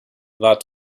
war